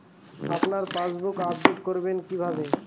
আপনার passbook update করবেন কিভাবে?